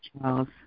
Charles